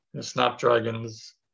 snapdragons